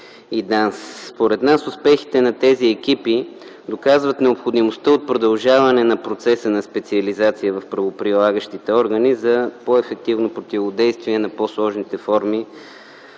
и ДАНС. Според нас успехите на тези екипи доказват необходимостта от продължаване на процеса на специализация в правоприлагащите органи за по-ефективно противодействие на по-сложните форми